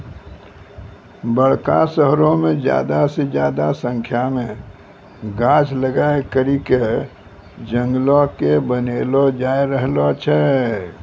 बड़का शहरो मे ज्यादा से ज्यादा संख्या मे गाछ लगाय करि के जंगलो के बनैलो जाय रहलो छै